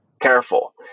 careful